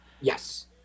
Yes